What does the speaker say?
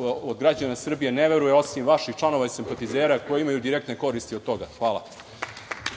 od građana Srbije ne verujem, osim vaših članova i simpatizera, koji imaju direktne koristi od toga. Hvala.